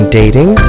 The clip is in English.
dating